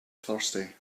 thirsty